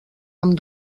amb